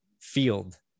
field